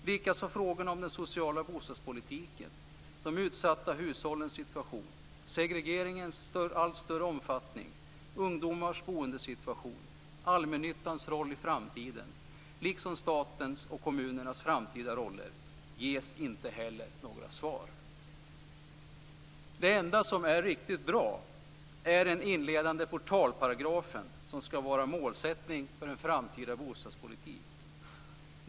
Det gäller likaså frågorna om den sociala bostadspolitiken, de utsatta hushållens situation, segregeringens allt större omfattning, ungdomars boendesituation, allmännyttans roll i framtiden liksom statens och kommunernas framtida roller. De ges inte heller några svar. Det enda som är riktigt bra är den inledande portalparagrafen, som skall vara målsättning för en framtida bostadspolitik.